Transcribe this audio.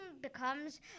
becomes